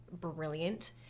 brilliant